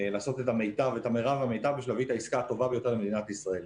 לעשות את המרב והמיטב בשביל להביא את העסקה הטובה ביותר למדינת ישראל.